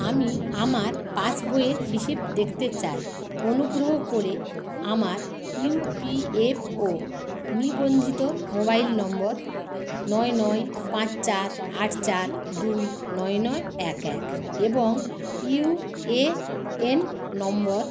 আমি আমার পাসবইয়ের হিসেব দেখতে চাই অনুগ্রহ করে আমার ইউ পি এফ ও নিবন্ধিত মোবাইল নম্বর নয় নয় পাঁচ চার আট চার দুই নয় নয় এক এক এবং ইউএএন নম্বর